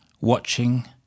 watching